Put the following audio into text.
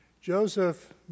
Joseph